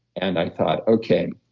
and i thought, okay,